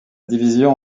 division